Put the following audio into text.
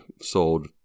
sold